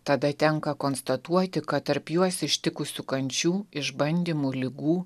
tada tenka konstatuoti kad tarp juos ištikusių kančių išbandymų ligų